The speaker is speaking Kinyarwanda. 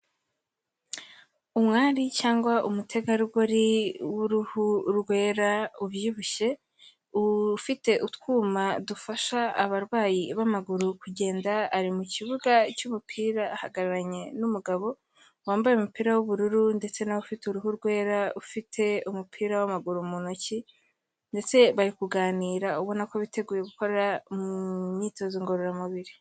Umwari cyangwa umutegarugori w'uruhu rwera ubyibushye ufite utwuma dufasha abarwayi b'amaguru kugenda, ari mu kibuga cy'umupira ahagararanye n'umugabo wambaye umupira w'ubururu ndetse na we ufite uruhu rwera, ufite umupira w'amaguru mu ntoki, ndetse bari kuganira ubona ko biteguye gukora imyitozo ngororamubiri.